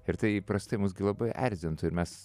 ir tai įprastai mus gi labai erzintų ir mes